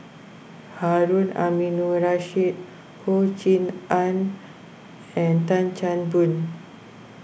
Harun Aminurrashid Ho Rui An and Tan Chan Boon